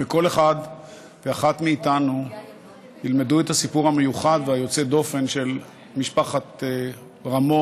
וכל אחד ואחת מאיתנו ילמדו את הסיפור המיוחד ויוצא הדופן של משפחת רמון: